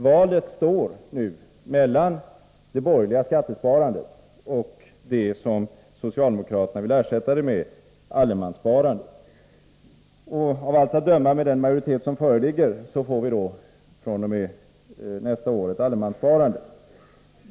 Valet står nu mellan det borgerliga skattesparandet och det som socialdemokraterna vill ersätta detta med, allemanssparandet. Av allt att döma får vi, med den majoritet som föreligger, fr.o.m. nästa år ett allemanssparande.